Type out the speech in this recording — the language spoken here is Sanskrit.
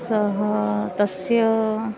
सः तस्य